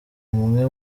umwe